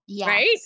right